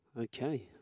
Okay